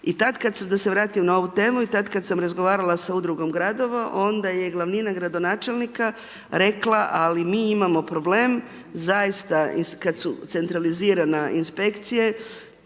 i tad kad sam, da se vratim na ovu temu, i tad kad sam razgovarala sa Udrugom Gradova, onda je glavnina gradonačelnika rekla ali mi imamo problem, zaista, kad su centralizirana inspekcije,